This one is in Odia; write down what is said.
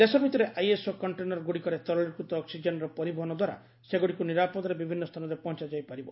ଦେଶ ଭିତରେ ଆଇଏସ୍ଓ କଣ୍ଟେନରଗୁଡ଼ିକରେ ତରଳୀକୃତ ଅକ୍ପିଜେନର ପରିବହନ ଦ୍ୱାରା ସେଗୁଡ଼ିକୁ ନିରାପଦରେ ବିଭିନ୍ନ ସ୍ଥାନରେ ପହଞ୍ଚାଯାଇ ପାରିବ